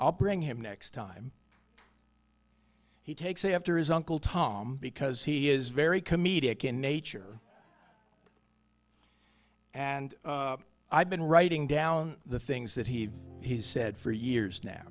i'll bring him next time he takes after his uncle tom because he is very comedic in nature and i've been writing down the things that he has said for years now